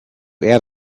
add